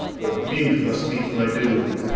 but mute must meet my doom.